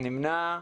מי נמנע?